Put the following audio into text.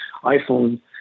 iPhone